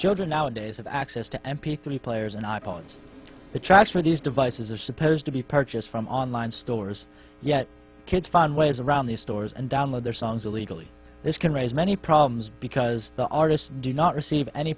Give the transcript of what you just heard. children nowadays have access to m p three players and i phones the charge for these devices is supposed to be purchased from online stores yet kids find ways around these stores and download their songs illegally this can raise many problems because the artists do not receive any